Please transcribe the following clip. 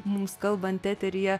mums kalbant eteryje